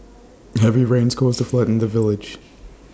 heavy rains caused A flood in the village